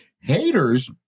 Haters